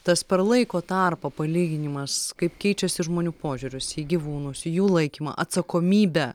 tas per laiko tarpą palyginimas kaip keičiasi žmonių požiūris į gyvūnus jų laikymą atsakomybę